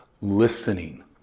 listening